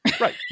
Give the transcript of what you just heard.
Right